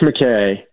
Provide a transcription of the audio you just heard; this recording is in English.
McKay